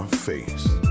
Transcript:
face